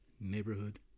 neighborhood